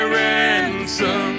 ransom